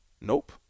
Nope